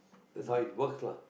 that's how it works lah